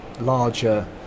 larger